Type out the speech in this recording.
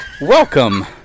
Welcome